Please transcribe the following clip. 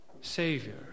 Savior